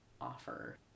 offer